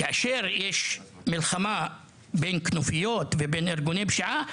כאשר יש מלחמה בין כנופיות ובין ארגוני פשיעה,